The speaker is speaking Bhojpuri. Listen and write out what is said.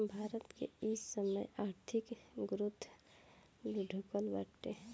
भारत के इ समय आर्थिक ग्रोथ लुढ़कल बाटे